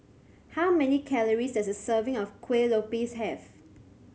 how many calories does a serving of Kuih Lopes have